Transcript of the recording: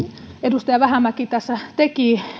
edustaja vähämäki tässä teki